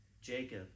Jacob